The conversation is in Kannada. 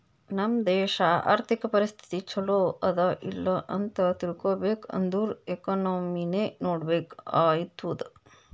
ನಮ್ ದೇಶಾ ಅರ್ಥಿಕ ಪರಿಸ್ಥಿತಿ ಛಲೋ ಅದಾ ಇಲ್ಲ ಅಂತ ತಿಳ್ಕೊಬೇಕ್ ಅಂದುರ್ ಎಕನಾಮಿನೆ ನೋಡ್ಬೇಕ್ ಆತ್ತುದ್